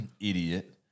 Idiot